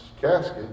casket